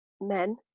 men